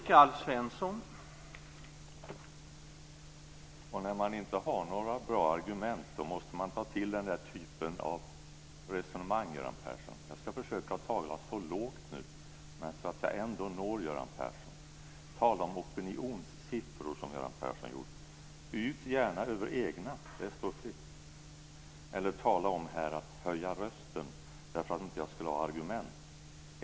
Herr talman! När man inte har några bra argument måste man ta till den där typen av resonemang, Göran Persson. Jag ska försöka att tala lågt nu men ändå nå Tala om opinionssiffror, som Göran Persson gjorde. Yvs gärna över egna. Det står er fritt. Ni talar om att jag höjer rösten därför att jag inte skulle ha argument.